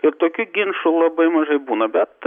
ir tokių ginčų labai mažai būna bet